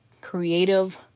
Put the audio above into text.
creative